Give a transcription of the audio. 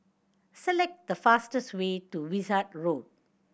select the fastest way to Wishart Road